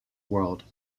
world